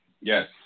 Yes